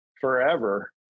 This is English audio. forever